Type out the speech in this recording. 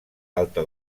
alta